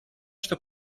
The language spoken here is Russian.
что